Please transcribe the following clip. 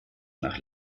nach